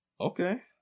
Okay